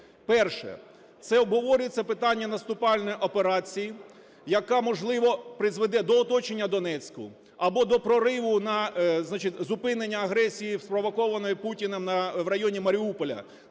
Перше – це обговорюється питання наступальної операції, яка, можливо, призведе до оточення Донецька або до прориву на зупинення агресії, спровокованої Путіним, в районі Маріуполя.